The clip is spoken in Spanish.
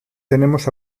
tenemos